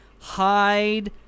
Hide